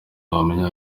wamenya